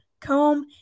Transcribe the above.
comb